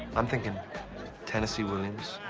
i'm thinkin' tennessee williams,